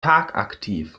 tagaktiv